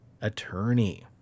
attorney